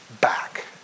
back